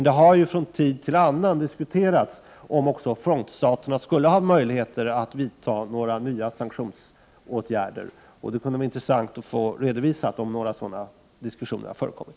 Det har dock från tid till annan diskuterats om också frontstaterna skulle ha möjligheter att vidta några nya sanktionsåtgärder. Det kunde vara intressant att få redovisat om några sådana diskussioner förekommit.